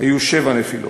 היו שבע נפילות.